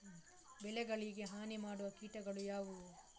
ಬೆಳೆಗಳಿಗೆ ಹಾನಿ ಮಾಡುವ ಕೀಟಗಳು ಯಾವುವು?